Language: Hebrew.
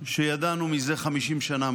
שידענו זה 50 שנה,